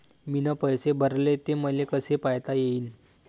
मीन पैसे भरले, ते मले कसे पायता येईन?